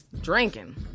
drinking